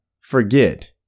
forget